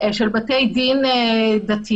של בתי דין דתיים,